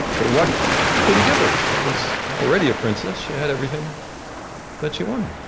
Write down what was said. but what could he give her? she was already a princess, she had everything that she wanted.